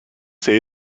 say